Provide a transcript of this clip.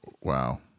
Wow